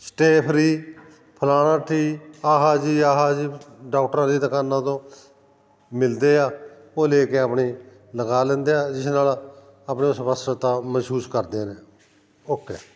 stay free ਫਲਾਣਾ ਟੀ ਆਹਾ ਜੀ ਆਹਾ ਜੀ ਡਾਕਟਰਾਂ ਦੀ ਦੁਕਾਨਾਂ ਤੋਂ ਮਿਲਦੇ ਆ ਉਹ ਲੈ ਕੇ ਆਪਣੀ ਲਗਾ ਲੈਂਦੇ ਆ ਜਿਸ ਨਾਲ਼ ਆਪਣੇ ਸਵੱਛਤਾ ਮਹਿਸੂਸ ਕਰਦੇ ਨੇ ਓਕੇ